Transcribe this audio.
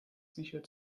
sicher